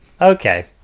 Okay